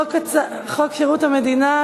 התשע"ד 2013,